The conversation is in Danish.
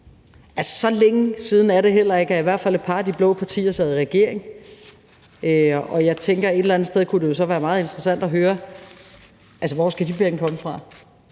Så længe siden er det heller ikke, at i hvert fald et par af de blå partier sad i regering, og jeg tænker, at det et eller andet sted jo kunne være meget interessant at høre, hvor de penge skal komme fra.